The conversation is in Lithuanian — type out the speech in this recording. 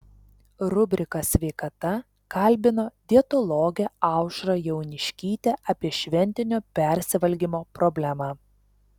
rubrika sveikata kalbina dietologę aušrą jauniškytę apie šventinio persivalgymo problemą